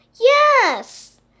Yes